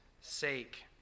sake